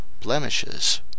blemishes